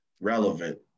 relevant